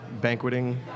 banqueting